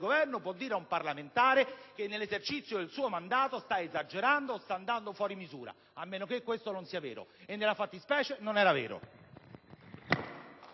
Governo può dire ad un parlamentare che nell'esercizio del suo mandato sta esagerando o sta andando fuori misura, a meno che questo non sia vero e, nella fattispecie, non lo era.